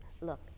look